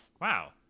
wow